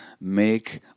make